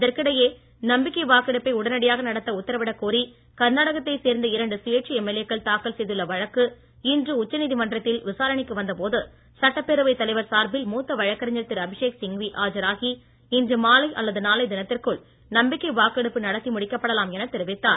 இதற்கிடையே நம்பிக்கை வாக்கெடுப்பை உடனடியாக நடத்த உத்தரவிடக் கோரி கர்நாடகத்தை சேர்ந்த இரண்டு சுயேட்சை எம்எல்ஏக்கள் தாக்கல் செய்துள்ள வழக்கு இன்று உச்சநீதிமன்றத்தில் விசாரணைக்கு வந்தபோது சட்டப்பேரவை தலைவர் சார்பில் மூத்த வழக்கறிஞர் திரு அபிஷேக் சிங்வி ஆஜராகி இன்று மாலை அல்லது நாளைய தினத்திற்குள் நம்பிக்கை வாக்கெடுப்பு நடத்தி முடிக்கப்படலாம் என தெரிவித்தார்